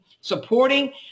supporting